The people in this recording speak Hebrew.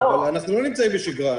אבל אנחנו לא נמצאים בשגרה.